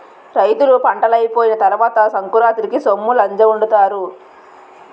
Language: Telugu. రైతులు పంటలైపోయిన తరవాత సంకురాతిరికి సొమ్మలజావొండుతారు